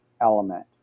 element